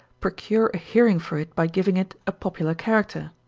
procure a hearing for it by giving it a popular character.